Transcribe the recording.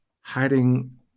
hiding